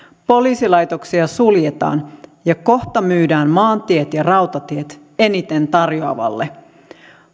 poliisilaitoksia suljetaan ja kohta myydään maantiet ja rautatiet eniten tarjoavalle